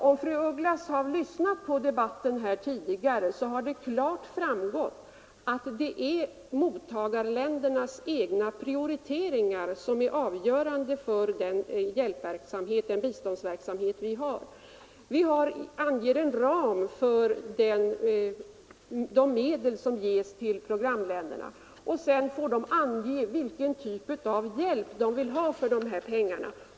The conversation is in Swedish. Om fru af Ugglas hade lyssnat på debatten hade det klart framgått för henne att det är mottagarländernas egna prioriteringar som är avgörande för vår biståndsverksamhet. Vi fastställer en ram för de medel som ges till programländerna, och sedan får dessa ange vilken typ av hjälp de vill ha för dessa pengar.